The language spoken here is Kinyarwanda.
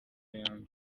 yombi